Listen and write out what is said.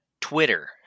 Twitter